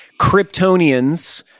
Kryptonians